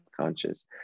conscious